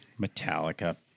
Metallica